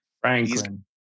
Franklin